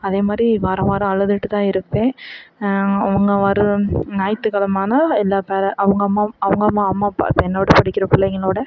அதே மாதிரி வாரம் வாரம் அழுதுட்டு தான் இருப்பேன் அவங்க வர ஞாயித்துக்கெழம ஆனால் எல்லா பேர் அவங்க அம்மா அவுங்கவங்க அம்மா அப்பா இப்போ என்னோடு படிக்கின்ற பிள்ளைங்களோட